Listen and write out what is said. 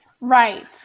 Right